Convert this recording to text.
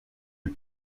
eut